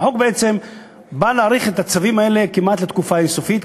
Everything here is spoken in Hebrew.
החוק בעצם בא להאריך את הצווים האלה כמעט לתקופה אין-סופית,